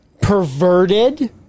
perverted